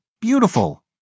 beautiful